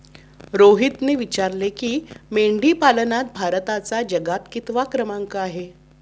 रोहितने विचारले की, मेंढीपालनात भारताचा जगात कितवा क्रमांक आहे?